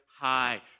high